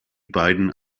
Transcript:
beiden